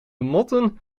motten